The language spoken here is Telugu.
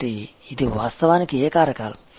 కాబట్టి ఇవి వాస్తవానికి ఏ కారకాలు